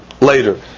later